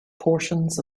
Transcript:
portions